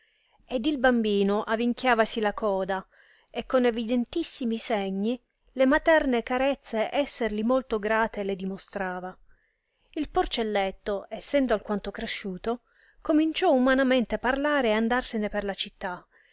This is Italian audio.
ed il bambino avinchiavasi la coda e con evidentissimi segni le materne carezze esserli molto grate le dimostrava il porcelletto essendo alquanto cresciuto cominciò umanamente parlare e andarsene per la città